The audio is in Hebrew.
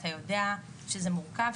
אתה יודע שזה מורכב,